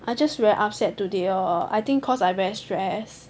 I just very upset today lor I think cause I very stress